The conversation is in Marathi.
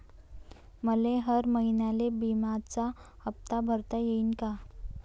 मले हर महिन्याले बिम्याचा हप्ता भरता येईन का?